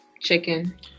Chicken